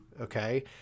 Okay